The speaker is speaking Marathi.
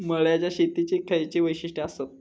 मळ्याच्या शेतीची खयची वैशिष्ठ आसत?